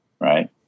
right